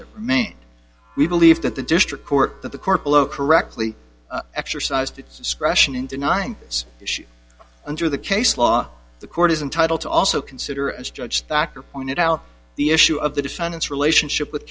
the main we believe that the district court that the court below correctly exercised its discretion in denying this issue under the case law the court is entitle to also consider as judge factor pointed out the issue of the defendant's relationship with